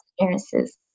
experiences